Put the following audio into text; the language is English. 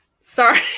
Sorry